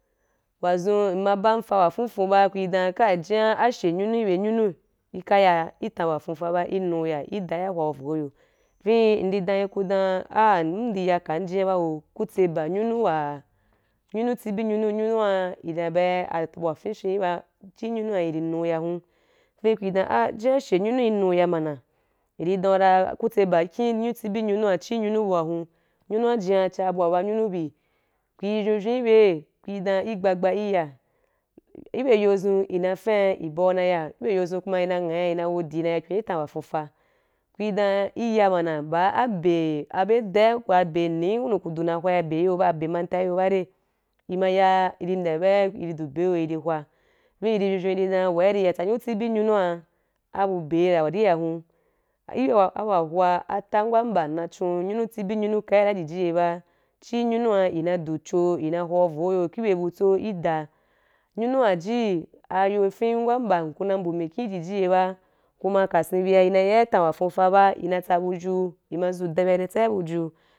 Wa zun mma bam a fa wa fuufa ba ku i dan kai jian ashe nyunu bye anyunu i ka ya i tan wa fuufa ba i nuya i da i ya hwau vyo i yo vii ndi dan yi ku dan ah ah bum ndi ya kam jia ba wo ku tse ba nyunu wa nyunu tsibi nyunua i na ba bu wa fyen fyen chi nyunua i di nu ya hun vii ku i dam jian ashe nyunu i nu ya mana i ri dan u ra ku tse ba akín anyunu tsibi nyunua chi nyunu bua hun nyunua jia chía bua ba anyunu buíí ku i vyou vyou i bei ku i dan i gha gba i ya i, i bye yo zun i ma fyani bau na ya i bye yo zun kuma i na nghan i na wodi i na ya kyon i tam wa fuufa kui dan i ya mana ba abe abye dai abe ni ku du na hwaí abei yo baa ku du na hwa abe mantai i yo ba rai i ma ya i ri mbya a bye i di du ba rai i ma yo i ri mbya a bye i di du abe i yo wa í hwaa vii i ri vyou vyou i ri dam yi hu dan ra wa i ya tsa nyunu tsibi nyunu abu be wa ria hun ai bye abu wa hwaa atam wa mbam na chun nyunu tsibi nyunu kai i jiji ye ba chi nyunua i na i du cho i na hwau voo ki bye butso i da nyunua ji ayo fem wa mbam ko na mbuu mi kim u jiji ye ba kuma i kasen bia i na ya tan wa fuufa ba i na tsa buju i ma zu da ma bia i na tsa buju.